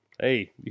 hey